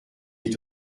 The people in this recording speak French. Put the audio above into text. est